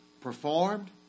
Performed